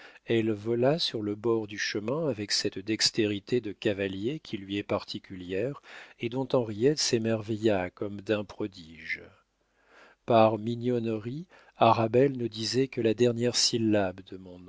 elle vola sur le bord du chemin avec cette dextérité de cavalier qui lui est particulière et dont henriette s'émerveilla comme d'un prodige par mignonnerie arabelle ne disait que la dernière syllabe